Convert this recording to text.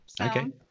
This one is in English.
okay